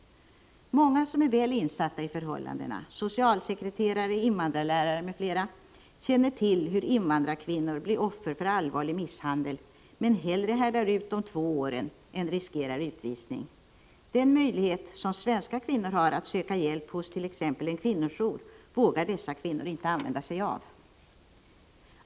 Många som är väl insatta i förhållandena, socialsekreterare, invandrarlärare m.fl., känner till hur invandrarkvinnor blir offer för allvarlig misshandel men hellre härdar ut de två åren än riskerar utvisning. Den möjlighet som svenska kvinnor har att söka hjälp host.ex. en kvinnojour vågar dessa invandrarkvinnor inte använda sig av.